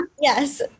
Yes